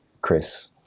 chris